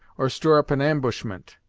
or stir up an ambushment,